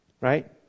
Right